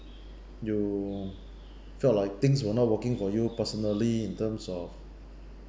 you felt like things were not working for you personally in terms of